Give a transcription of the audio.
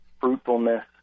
fruitfulness